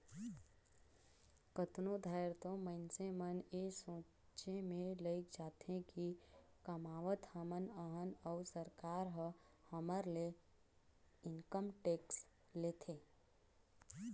कतनो धाएर तो मइनसे मन ए सोंचे में लइग जाथें कि कमावत हमन अहन अउ सरकार ह हमर ले इनकम टेक्स लेथे